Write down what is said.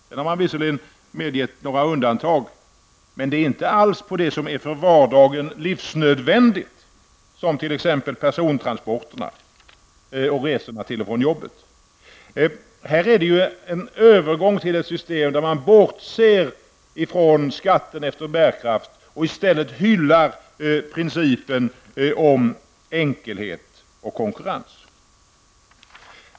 Sedan har man visserligen medgett några undantag, men det är inte alls på det som är för vardagen livsnödvändigt, t.ex. Här är det en övergång till ett system där man bortser från skatten efter bärkraft och i stället hyllar principen om enkelhet och konkurrens.